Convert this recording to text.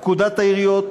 פקודת העיריות,